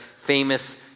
famous